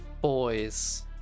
boys